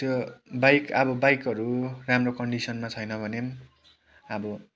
त्यो बाइक अब बाइकहरू राम्रो कन्डिसनमा छैन भने पनि अब